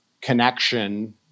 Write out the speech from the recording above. connection